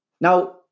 Now